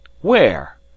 Where